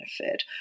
benefit